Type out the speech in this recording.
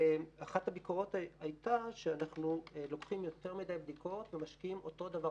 ואחת הביקורות הייתה שאנחנו לוקחים יותר מדי בדיקות ומשקיעים אותו דבר,